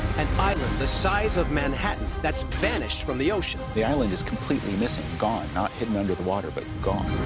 an island the size of manhattan that's vanished from the ocean. capps the island is completely missing, gone. not hidden under the water, but gone.